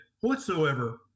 whatsoever